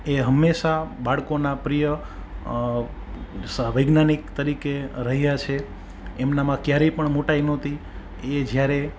એ હંમેશા બાળકોના પ્રિય વૈજ્ઞાનિક તરીકે રહ્યાં છે એમનામાં ક્યારેય પણ મોટાઈ નહોતી એ જ્યારે